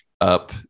up